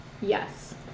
Yes